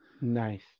Nice